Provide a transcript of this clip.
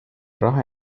raha